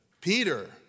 Peter